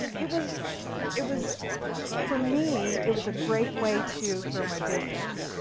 it was it was for me, it was a great way to grow my business.